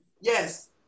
Yes